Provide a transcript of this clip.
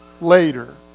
later